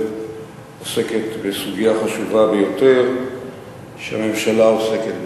עוסקת בסוגיה חשובה ביותר שהממשלה עוסקת בה.